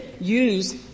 use